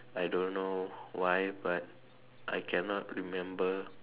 I don't know why but I cannot remember